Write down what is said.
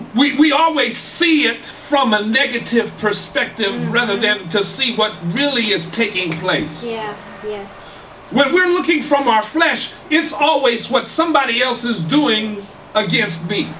on we always see it from the negative perspective rather than to see what really is taking place when we're looking from our flesh it's always what somebody else is doing against me